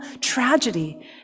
tragedy